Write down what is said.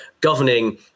governing